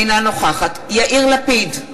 אינה נוכחת יאיר לפיד,